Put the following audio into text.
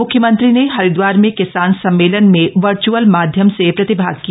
मुख्यमंत्री ने हरिदवार में किसान सम्मेलन में वर्च्अल माध्यम से प्रतिभाग किया